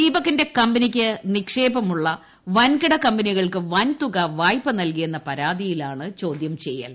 ദീപകിന്റെ കമ്പനിക്ക് നിക്ഷേപമുള്ള വൻകിടകമ്പനികൾക്ക് വൻതുക വായ്പ നൽകിയെന്ന പരാതിയിലാണ് ചോദ്യം ചെയ്യൽ